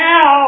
Now